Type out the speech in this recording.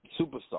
superstar